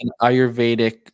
Ayurvedic